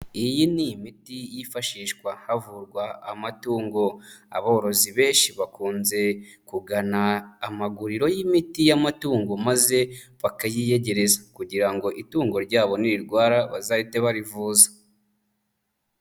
Iyi ni imiti yifashishwa havurwa amatungo, aborozi benshi bakunze kugana amaguriro y'imiti y'amatungo maze bakayiyegereza kugira ngo itungo ryabo nirirwara bazahite barivuza.